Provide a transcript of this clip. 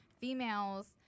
females